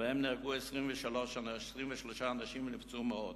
שבהן נהרגו 23 אנשים ונפצעו מאות.